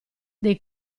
dei